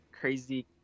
crazy